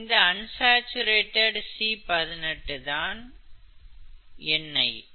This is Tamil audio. இந்த அன்சாச்சுரேட்டட் C18 தான் எண்ணெய்